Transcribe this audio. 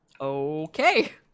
Okay